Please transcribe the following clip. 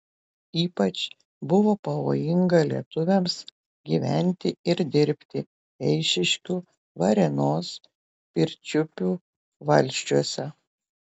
ypač buvo pavojinga lietuviams gyventi ir dirbti eišiškių varėnos pirčiupių valsčiuose